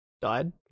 died